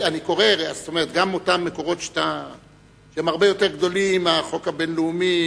גם אותם מקורות שהם הרבה יותר גדולים מהחוק הבין-לאומי,